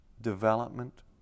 development